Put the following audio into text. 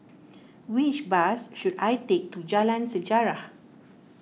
which bus should I take to Jalan Sejarah